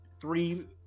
three